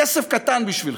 כסף קטן בשבילכם,